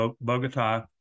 Bogota